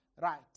right